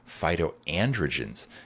phytoandrogens